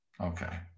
okay